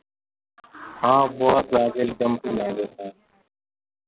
हँ बस आ टेम्पु लऽ जेतै